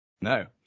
No